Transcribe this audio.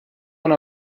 una